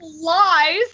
Lies